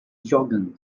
jogando